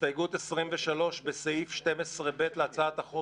הסתייגות 20: בסעיף 9(א) להצעת החוק,